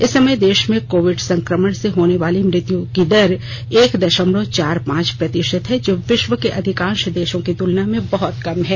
इस समय देश में कोविड संक्रमण से होने वाली मृत्यु की दर एक दशमलव चार पांच प्रतिशत है जो विश्व के अधिकांश देशों की तुलना में बहत कम है